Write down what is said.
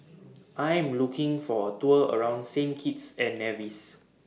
I'm looking For A Tour around Saint Kitts and Nevis